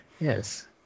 Yes